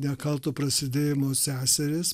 nekalto prasidėjimo seseris